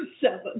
seven